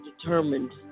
determined